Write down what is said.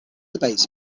debates